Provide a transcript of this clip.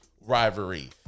rivalry